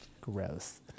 Gross